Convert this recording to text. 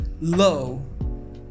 low